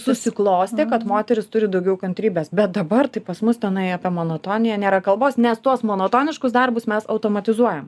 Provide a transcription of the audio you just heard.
susiklostė kad moterys turi daugiau kantrybės bet dabar tai pas mus tenai apie monotoniją nėra kalbos nes tuos monotoniškus darbus mes automatizuojam